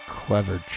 clever